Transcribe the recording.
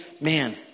man